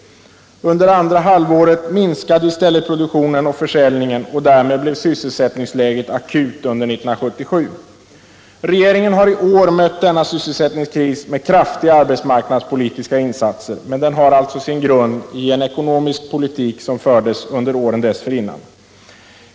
Under andra halvåret minskade i stället produktionen och försäljningen, och därmed blev sysselsättningsläget akut under 1977. Regeringen har i år mött denna sysselsättningskris med kraftiga arbetsmarknadspolitiska insatser — men den har alltså sin grund i en ekonomisk politik som fördes under åren dessförinnan.